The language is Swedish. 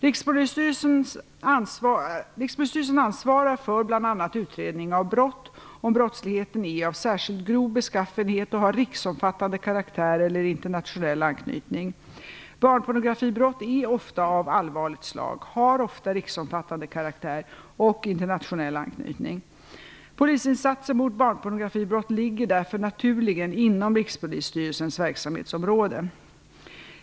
Rikspolisstyrelsen ansvarar för bl.a. utredning av brott, om brottsligheten är av särskilt grov beskaffenhet och har riksomfattande karaktär eller internationell anknytning. Barnpornografibrott är ofta av allvarligt slag, har ofta riksomfattande karaktär och internationell anknytning. Polisinsatser mot barnpornografibrott ligger därför naturligen inom Rikspolisstyrelsens verksamhetsområde.